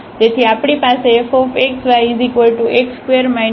તેથી આપણી પાસેfxyx2 y2 2x હશે